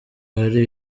hari